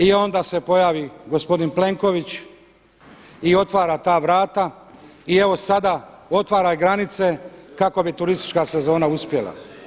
I onda se pojavi gospodin Plenković i otvara ta vrata i evo sada otvara granice kako bi turistička sezona uspjela.